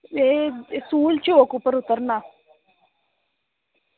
एह् सूल चौक उप्पर उतरना